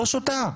לא שותה.